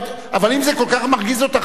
אבל אם זה כל כך מרגיז אותך,